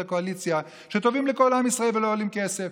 הקואליציה שטובות לכל עם ישראל ולא עולות כסף,